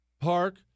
park